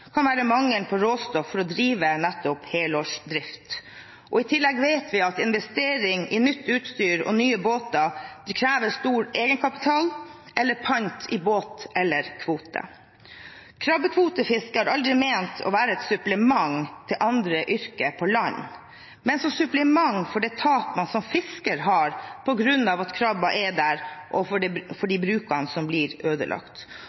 kan være mangel på råstoff for å drive nettopp helårsdrift. I tillegg vet vi at investering i nytt utstyr og nye båter krever stor egenkapital eller pant i båt eller kvote. Krabbekvotefiske har aldri vært ment å være et supplement til andre yrker på land, men en kompensasjon for tapet man har som fisker på grunn av at krabben er der, og for de brukene som blir ødelagt.